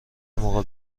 موقع